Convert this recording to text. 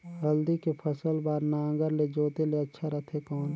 हल्दी के फसल बार नागर ले जोते ले अच्छा रथे कौन?